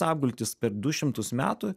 apgultis per du šimtus metų